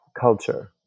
culture